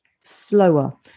slower